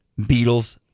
Beatles